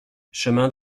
chemin